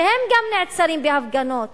שגם הם נעצרים בהפגנות